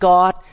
God